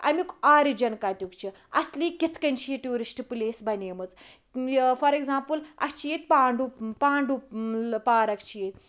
امیُک آرِجَن کَتیُک چھ اصلی کِتھ کنۍ چھِ یہِ ٹیورِسٹ پٕلیس بَنیمٕژ یہِ فار ایٚگزامپٕل اَسہِ چھِ ییٚتہِ پانٚڈو پانٛڈو پارَک چھِ ییٚتہِ